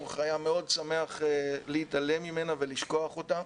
היה מאוד שמח להתעלם ממנה ולשכוח אותה.